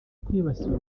kwibasira